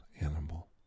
animal